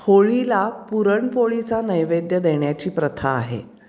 होळीला पुरणपोळीचा नैवेद्य देण्याची प्रथा आहे